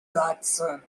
godson